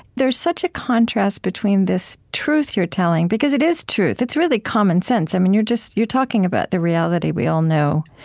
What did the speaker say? there's such a contrast between this truth you're telling because it is truth. it's really common sense. i mean you're just you're talking about the reality we all know.